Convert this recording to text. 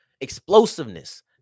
explosiveness